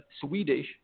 Swedish